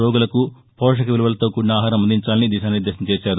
రోగులకు పోషక విలువలతో కూడిన ఆహారం అందించాలని దిశానిర్ణేశం చేశారు